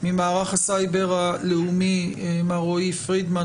ממערך הסייבר הלאומי מר רועי פרידמן,